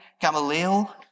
Gamaliel